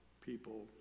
people